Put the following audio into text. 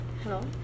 Hello